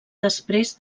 després